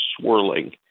swirling